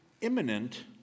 imminent